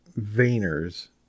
Vayner's